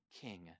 king